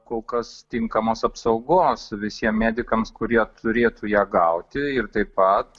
kol kas tinkamos apsaugos visiem medikams kurie turėtų ją gauti ir taip pat